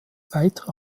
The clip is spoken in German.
weitere